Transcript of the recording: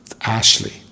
Ashley